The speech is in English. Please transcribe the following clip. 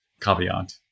caveat